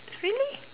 really